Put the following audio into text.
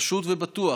פשוט ובטוח,